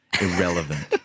irrelevant